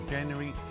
January